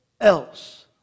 else